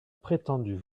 prétendue